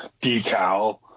decal